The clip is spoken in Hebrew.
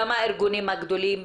גם הארגונים הגדולים,